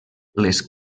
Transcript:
les